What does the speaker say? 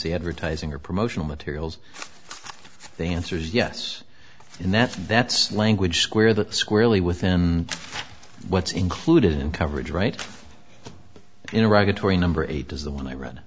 s advertising or promotional materials the answer is yes and that's that's language square that squarely within what's included in coverage right in a regulatory number eight is the one i read